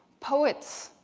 poets,